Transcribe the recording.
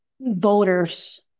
voters